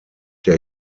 der